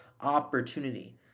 opportunity